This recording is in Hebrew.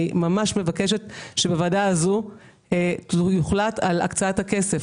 אני ממש מבקשת שבוועדה הזו יוחלט על הקצאת הכסף,